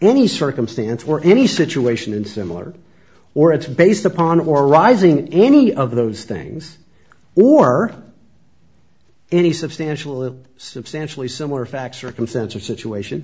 any circumstance or any situation in similar or it's based upon or arising any of those things or any substantial substantially similar fact circumstance or situation